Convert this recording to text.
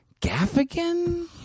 Gaffigan